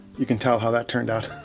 you can tell how that turned out.